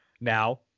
now